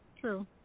True